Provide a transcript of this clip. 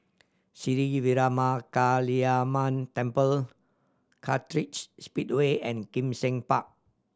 Sri Veeramakaliamman Temple Kartright Speedway and Kim Seng Park